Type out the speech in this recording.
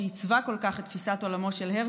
שעיצבה כל כך את תפיסת עולמו של הרצל,